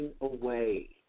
away